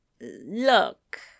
Look